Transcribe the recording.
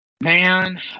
Man